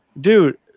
Dude